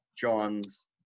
John's